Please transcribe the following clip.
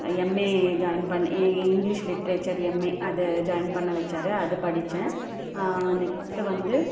MA join பண்ண இ English literature MA அது ஜாயின் பண்ண வச்சார் அது படிச்சேன் நெக்ஸ்ட்டு வந்து